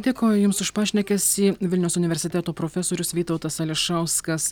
dėkoju jums už pašnekesį vilniaus universiteto profesorius vytautas ališauskas